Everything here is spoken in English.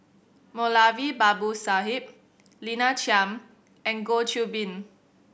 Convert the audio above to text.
Moulavi Babu Sahib Lina Chiam and Goh Qiu Bin